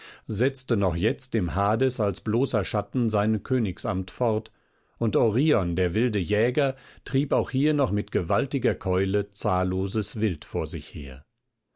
setzte noch jetzt im hades als bloßer schatten sein königsamt fort und orion der wilde jäger trieb auch hier noch mit gewaltiger keule zahlloses wild vor sich her